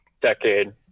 decade